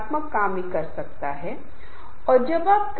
और हम समझ नहीं पा रहे हैं कि क्या हुआ बहुत जटिल है